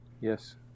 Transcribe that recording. yes